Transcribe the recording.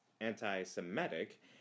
anti-Semitic